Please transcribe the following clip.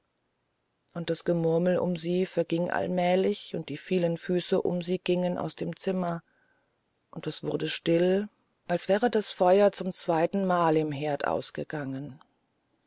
und das gemurmel um sie verging allmählich und die vielen füße um sie gingen aus dem zimmer und es wurde still als wäre das feuer zum zweitenmal im herd ausgegangen